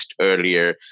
earlier